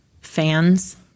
fans